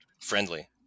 Friendly